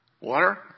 Water